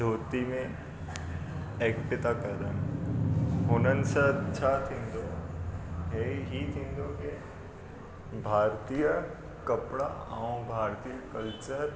धोती में एक्ट था कनि हुननि सां छा थींदो इहे ई थींदी की भारतीय कपिड़ा ऐं भारतीय कल्चर